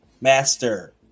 master